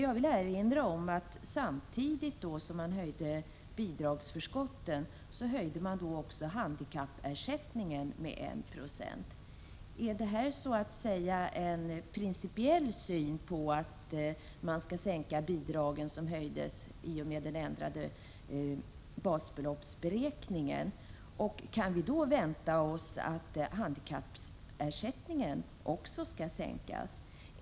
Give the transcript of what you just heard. Jag vill erinra om att samtidigt som man höjde bidragsförskotten höjde man också handikappersättningen med 1 26. Är det så att säga en principiell syn att man skall sänka bidragen som höjdes i och med den ändrade basbeloppsberäkningen? Och kan vi då vänta oss att handikappersättningen också skall sänkas?